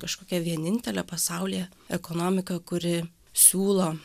kažkokia vienintelė pasaulyje ekonomika kuri siūlo